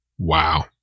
Wow